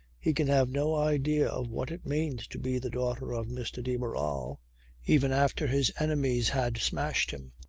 he can have no idea of what it means to be the daughter of mr. de barral even after his enemies had smashed him.